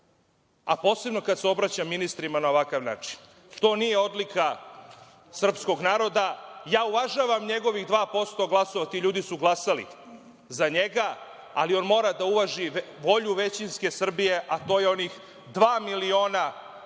a posebno kad se obraća ministrima na ovakav način. To nije odlika srpskog naroda. Ja uvažavam njegovih 2% glasova, ti ljudi su glasali za njega, ali on mora da uvaži volju većinske Srbije, a to je onih 2.012.000